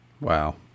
Wow